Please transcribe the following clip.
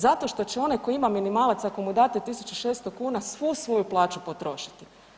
Zato što onaj tko ima minimalac ako mu date 1.600 kuna svu svoju plaću potrošiti.